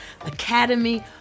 academy